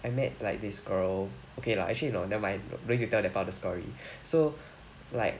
I met like this girl okay lah actually you know never mind no need to tell that part of the story so like